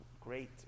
great